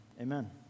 amen